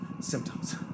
symptoms